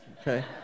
okay